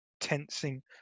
tensing